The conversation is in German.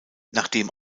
nachdem